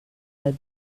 met